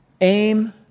aim